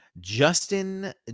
Justin